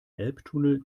elbtunnel